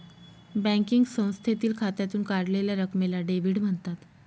banking संस्थेतील खात्यातून काढलेल्या रकमेला डेव्हिड म्हणतात